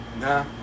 Nah